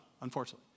unfortunately